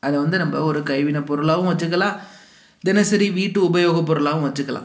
அதை வந்து நம்ப ஒரு கைவினை பொருளாகவும் வச்சுக்கலாம் தினசரி வீட்டு உபயோக பொருளாகவும் வச்சுக்கலாம்